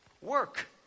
Work